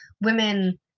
women